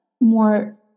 more